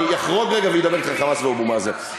אני אחרוג רגע ואדבר אתך על "חמאס" ואבו מאזן.